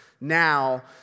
now